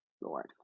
Lord